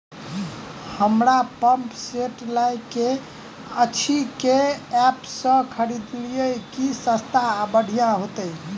हमरा pump set लय केँ अछि केँ ऐप सँ खरिदियै की सस्ता आ बढ़िया हेतइ?